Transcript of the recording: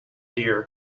deer